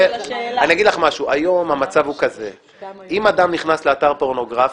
היום אם אדם נכנס לאתר פורנוגרפי,